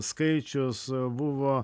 skaičius buvo